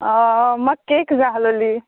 म्हाका केक जाय आसलोली